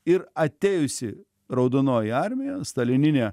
ir atėjusi raudonoji armija stalininė